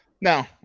No